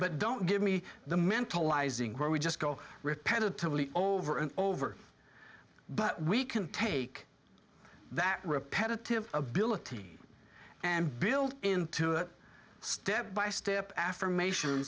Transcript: but don't give me the mentalizing where we just go repetitively over and over but we can take that repetitive ability and build into it step by step affirmation